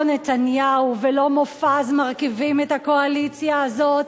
לא נתניהו ולא מופז מרכיבים את הקואליציה הזאת,